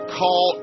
call